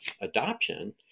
adoption